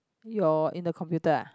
your in the computer ah